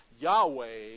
Yahweh